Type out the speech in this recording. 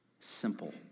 simple